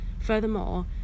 furthermore